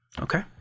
okay